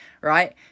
right